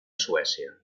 suècia